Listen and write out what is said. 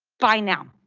by now.